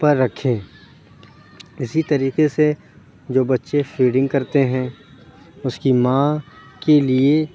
پر رکھے اِسی طریقے سے جو بچے فیڈنگ کرتے ہیں اُس کی ماں کے لیے